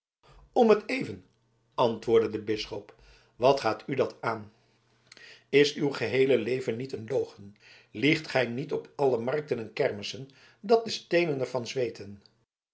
om t even antwoordde de bisschop wat gaat u dat aan is uw geheele leven niet een logen liegt gij niet op alle markten en kermissen dat de steenen er van zweeten